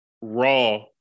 Raw